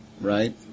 right